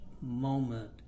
moment